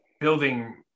building